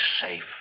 safe